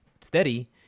steady